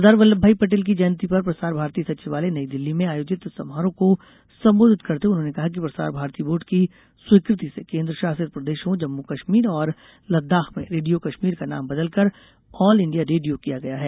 सरदार वल्लभ भाई पटेल की जयंती पर प्रसार भारती सचिवालय नई दिल्ली में आयोजित समारोह को संबोधित करते हुये उन्होंने कहा कि प्रसार भारती बोर्ड की स्वीकृति से केन्द्र शासित प्रदेशों जम्मू कश्मीर और लदाख में रेडियो कश्मीर का नाम बदलकर ऑल इंडिया रेडियो किया गया है